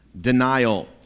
Denial